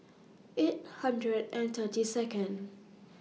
eight hundred and thirty Second